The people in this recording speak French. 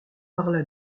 parla